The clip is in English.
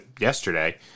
yesterday